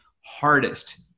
hardest